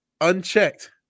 unchecked